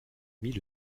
mis